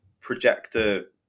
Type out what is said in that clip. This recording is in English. Projector